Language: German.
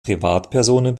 privatpersonen